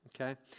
okay